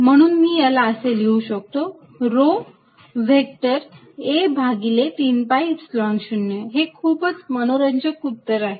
म्हणून मी याला असे लिहू शकतो रो व्हेक्टर a भागिले 3 Epsilon 0 हे खूप मनोरंजक उत्तर आहे